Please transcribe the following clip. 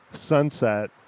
sunset